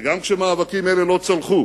וגם כשמאבקים אלה לא צלחו,